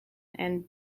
and